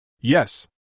Yes